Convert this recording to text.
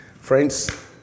Friends